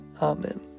Amen